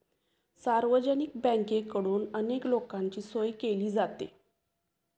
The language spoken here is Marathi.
सार्वजनिक बँकेकडून अनेक लोकांची सोय केली जाते